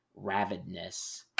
ravidness